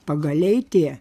pagaliai tie